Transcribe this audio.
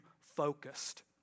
focused